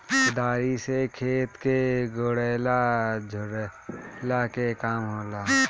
कुदारी से खेत के कोड़ला झोरला के काम होला